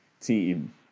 team